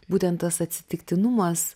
būtent tas atsitiktinumas